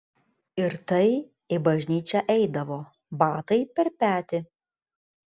ir tai į bažnyčią eidavo batai per petį